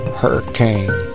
hurricane